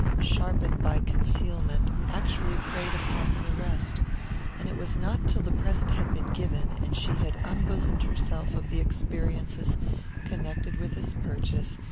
sharpened by concealment, actually preyed upon her rest and it was not till the present had been given, and she had unbosomed herself of the experiences connected with its purchase,